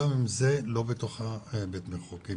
גם אם זה לא בתוך בית המחוקקים.